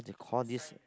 call this